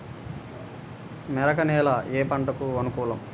మెరక నేల ఏ పంటకు అనుకూలం?